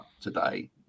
today